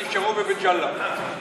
נשארו בבית-ג'אלה?